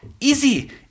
easy